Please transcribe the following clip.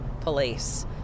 police